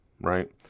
right